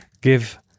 give